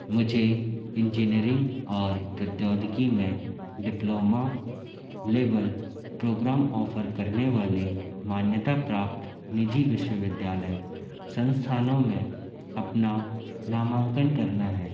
मुझे इंजीनियरिंग और प्रौद्योगिकी में डिप्लोमा लेवल प्रोग्राम ऑफर करने वाले मान्यता प्राप्त निजी विश्वविद्यालय संस्थानों में अपना नामांकन करना है